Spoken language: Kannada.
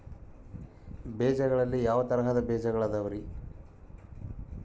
ಬೇಜಗಳಲ್ಲಿ ಯಾವ ತರಹದ ಬೇಜಗಳು ಅದವರಿ?